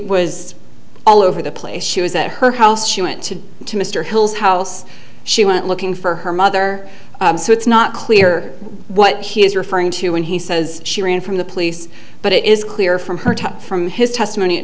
was all over the place she was at her house she went to mr hill's house she went looking for her mother so it's not clear what he is referring to when he says she ran from the police but it is clear from her top from his testimony at